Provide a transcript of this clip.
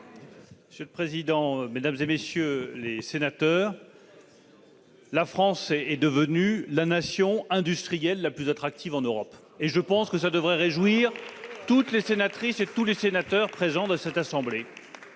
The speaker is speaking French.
Monsieur le président, mesdames, messieurs les sénateurs, la France est devenue la nation industrielle la plus attractive en Europe. Et je pense que cela devrait réjouir toutes les sénatrices et tous les sénateurs de cette assemblée.